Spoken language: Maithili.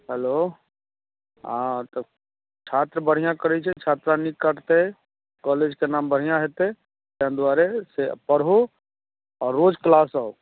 हेलो हँ तऽ छात्र बढ़िऑं करै छै छात्रा नीक करतै कॉलेजके नाम बढ़िऑं हेतै ताहि दुआरे से पढ़ू आओर रोज किलास आउ